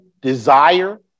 desire